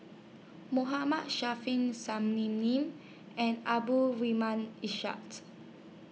Mohammad and Ishak